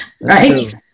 Right